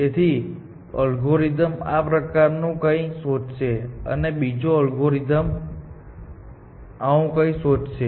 તેથી એક અલ્ગોરિધમ આ પ્રકારનું કંઈક શોધશે અને બીજો અલ્ગોરિધમ આવું કંઈક શોધશે